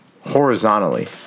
horizontally